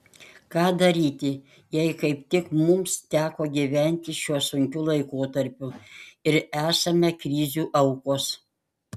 ką daryti jei kaip tik mums teko gyventi šiuo sunkiu laikotarpiu ir esame krizių aukos